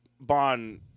Bond